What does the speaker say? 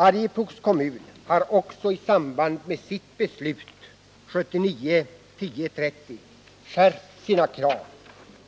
Arjeplogs kommun har också i sitt beslut den 30 oktober 1979 skärpt sina krav